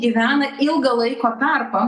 gyvena ilgą laiko tarpą